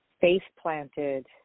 face-planted